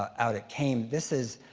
out it came. this is